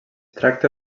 tracta